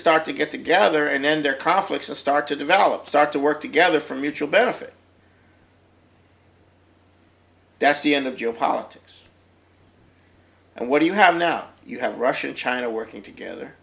start to get together and end their coffee it's a start to develop start to work together for mutual benefit that's the end of geopolitics and what do you have now you have russia and china working together